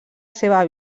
seva